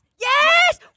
Yes